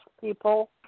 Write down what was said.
people